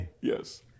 yes